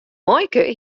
muoike